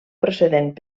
procedent